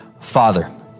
Father